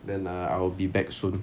then I'll be back soon